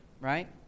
right